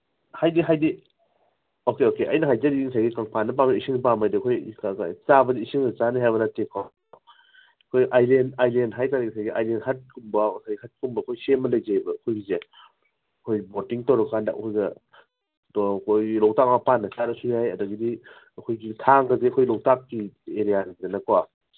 ꯍꯥꯏꯗꯤ ꯍꯥꯏꯗꯤ okay okay ꯑꯩꯅ ꯍꯥꯏꯖꯔꯤꯁꯦ ꯉꯁꯥꯏꯒꯤ ꯀꯪꯐꯥꯟꯗ ꯄꯥꯝꯕ꯭ꯔꯥ ꯏꯁꯤꯡꯗ ꯄꯥꯝꯕ꯭ꯔꯥ ꯍꯥꯏꯗꯤ ꯑꯩꯈꯣꯏ ꯆꯥꯕꯗꯣ ꯏꯁꯤꯡꯗ ꯆꯥꯅꯤ ꯍꯥꯏꯕ ꯅꯠꯇꯦꯀꯣ ꯑꯩꯈꯣꯏ ꯑꯥꯏꯂꯦꯟ ꯑꯥꯏꯂꯦꯟ ꯍꯥꯏ ꯇꯥꯔꯦ ꯑꯩꯈꯣꯏꯒꯤ ꯑꯥꯏꯂꯦꯟ ꯍꯠꯀꯨꯝꯕ ꯑꯩꯈꯣꯏ ꯍꯠꯀꯨꯝꯕ ꯑꯩꯈꯣꯏ ꯁꯦꯝꯃ ꯂꯩꯖꯩꯌꯦꯕ ꯑꯩꯈꯣꯏꯒꯤꯁꯦ ꯑꯩꯈꯣꯏ ꯕꯣꯇꯤꯡ ꯇꯧꯔꯀꯥꯟꯗ ꯑꯩꯈꯣꯏꯒ ꯂꯣꯛꯇꯥꯛ ꯃꯄꯥꯟꯗ ꯆꯥꯔꯁꯨ ꯌꯥꯏ ꯑꯗꯒꯤꯗꯤ ꯑꯩꯈꯣꯏꯒꯤ ꯊꯥꯡꯒꯁꯦ ꯑꯩꯈꯣꯏ ꯂꯣꯛꯇꯥꯛꯀꯤ ꯑꯦꯔꯤꯌꯥꯅꯤꯗꯅꯀꯣ